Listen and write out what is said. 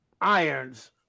Irons